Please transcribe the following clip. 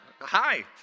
Hi